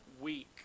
week